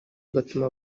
bigatuma